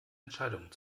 entscheidungen